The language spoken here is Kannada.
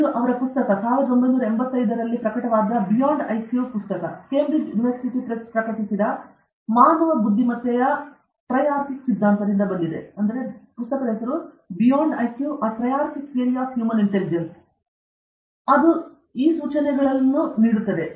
ಇದು ಅವರ ಪುಸ್ತಕ 1985 beyond IQ Cambridge university press ಪ್ರಕಟಿಸಿದ ಮಾನವ ಬುದ್ಧಿಮತ್ತೆಯ ಎ ಟ್ರಯಾರ್ಜಿಕ್ ಸಿದ್ಧಾಂತದಿಂದ ಬಂದಿದೆ ಅದು ಪಾದದ ಸೂಚನೆಗಳಲ್ಲಿ ಸೂಚಿಸಲ್ಪಡುತ್ತದೆ